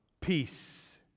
peace